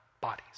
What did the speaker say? bodies